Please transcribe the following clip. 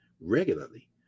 regularly